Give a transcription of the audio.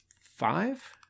five